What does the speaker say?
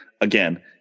again